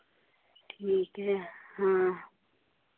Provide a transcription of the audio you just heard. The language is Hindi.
ठीक है हाँ